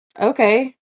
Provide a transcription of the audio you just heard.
okay